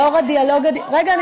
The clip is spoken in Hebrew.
לאור הדיאלוג, סגנית השר, רגע.